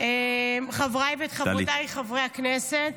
חבריי וחברותי חברי הכנסת.